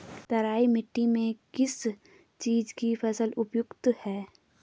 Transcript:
तराई मिट्टी में किस चीज़ की फसल उपयुक्त है?